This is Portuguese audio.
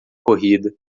corrida